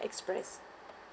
express